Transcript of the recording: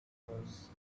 was